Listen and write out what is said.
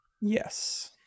Yes